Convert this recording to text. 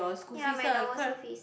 ya my normal school fees